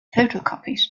photocopies